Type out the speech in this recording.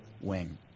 wing